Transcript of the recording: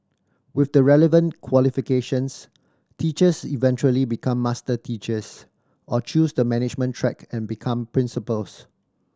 with the relevant qualifications teachers eventually become master teachers or choose the management track and become principals